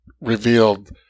revealed